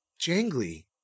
jangly